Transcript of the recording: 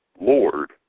Lord